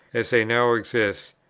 as they now exist,